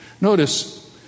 Notice